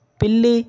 పిల్లి